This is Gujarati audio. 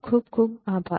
ખુબ ખુબ આભાર